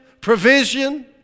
provision